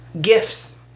gifts